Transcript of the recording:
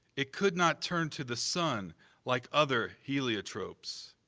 it could not turn to the sun like other heliotropes.